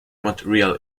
montreal